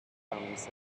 becomes